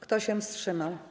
Kto się wstrzymał?